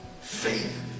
Faith